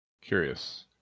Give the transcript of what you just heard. curious